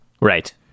Right